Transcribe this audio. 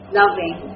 loving